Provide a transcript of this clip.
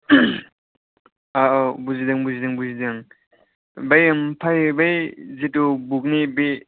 औ औ बुजिदों बुजिदों बुजिदों बै ओमफाय बै जेथु बुकनि बे